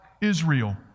Israel